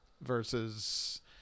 Versus